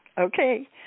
Okay